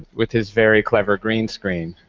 with his very clever green screen.